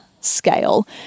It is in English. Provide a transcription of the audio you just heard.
scale